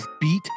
beat